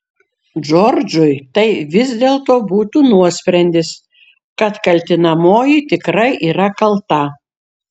džordžui tai vis dėlto būtų nuosprendis kad kaltinamoji tikrai yra kalta